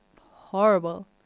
horrible